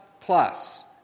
plus